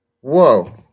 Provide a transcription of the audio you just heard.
Whoa